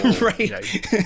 Right